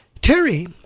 Terry